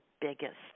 biggest